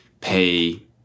pay